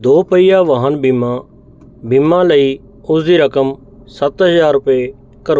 ਦੋਪਹੀਆ ਵਾਹਨ ਬੀਮਾ ਬੀਮਾ ਲਈ ਉਸ ਦੀ ਰਕਮ ਸੱਤ ਹਜ਼ਾਰ ਰੁਪਏ ਕਰੋ